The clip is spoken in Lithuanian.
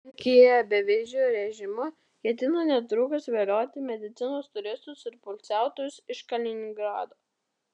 lenkija beviziu režimu ketina netrukus vilioti medicinos turistus ir poilsiautojus iš kaliningrado